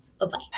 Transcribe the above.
Bye-bye